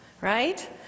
right